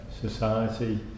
society